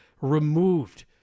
removed